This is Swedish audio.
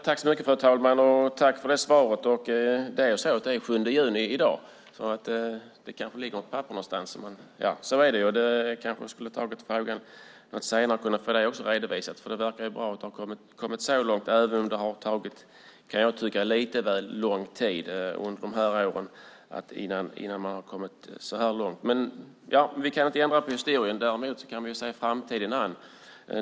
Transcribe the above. Fru talman! Tack för det svaret! Det är i dag den 7 juni. Det kanske ligger något papper någonstans. Vi hade kanske kunnat ta frågan något senare och få också det redovisat. Det verkar bra att man har kommit så långt, även om det har tagit lite väl lång tid under de här åren innan man har kommit så här långt. Vi kan inte ändra på historien. Däremot kan vi se framtiden an.